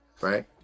right